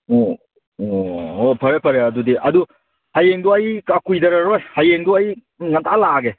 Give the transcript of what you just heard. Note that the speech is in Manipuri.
ꯑꯣ ꯑꯣ ꯍꯣꯏ ꯐꯔꯦ ꯐꯔꯦ ꯑꯗꯨꯗꯤ ꯑꯗꯨ ꯍꯌꯦꯡꯗꯨ ꯑꯩ ꯀꯨꯏꯗꯔꯔꯣꯏ ꯍꯌꯦꯡꯗꯨ ꯑꯩ ꯉꯟꯇꯥ ꯂꯥꯛꯑꯒꯦ